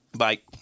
bye